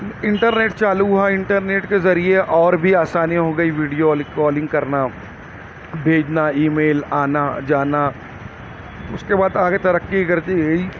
internet چالو ہوا internet کے ذریعے اور بھی آسانی ہو گئی ویڈیو کالنگ کرنا بھیجنا ای میل آنا جانا اس کے بعد آگے ترقی کرتی گئی